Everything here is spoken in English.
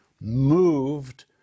moved